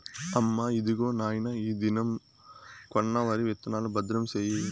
అమ్మా, ఇదిగో నాయన ఈ దినం కొన్న వరి విత్తనాలు, భద్రం సేయి